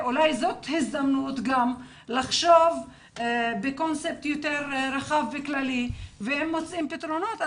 אולי זאת הזדמנות לחשוב בקונספט יותר רחב וכללי ואם מוצאים פתרונות,